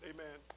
Amen